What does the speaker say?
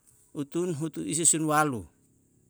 Utun hutu isi sun walu